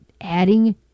adding